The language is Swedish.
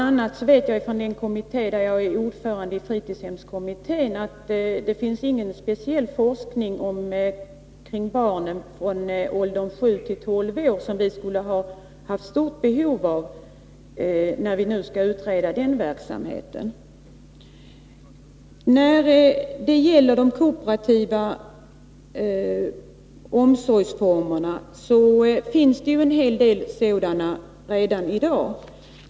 a. vet jag från fritidshemskommittén, där jag är ordförande, att det inte finns någon speciell forskning om barn i åldern 7-12 år, och det har vi stort behov av för den verksamhet som vi skall utreda. Det finns en hel del kooperativa omsorgsformer redan i dag.